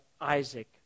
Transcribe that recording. Isaac